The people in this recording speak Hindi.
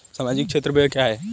सामाजिक क्षेत्र व्यय क्या है?